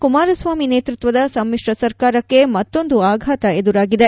ಕುಮಾರಸ್ವಾಮಿ ನೇತೃತ್ವದ ಸಮ್ಮಿಶ್ರ ಸರ್ಕಾರಕ್ಕೆ ಮತ್ತೊಂದು ಆಘಾತ ಎದುರಾಗಿದೆ